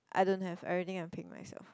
I don't have everything I paid myself